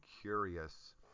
curious